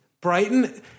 Brighton